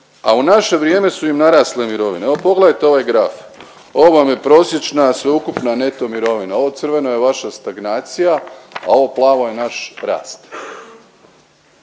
a u naše vrijeme su im narasle mirovine. Evo pogledajte ovaj graf, ovo vam je prosječna sveukupna neto mirovina, ovo crveno je vaša stagnacija, a ovo plavo je naš rast.